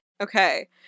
Okay